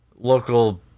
local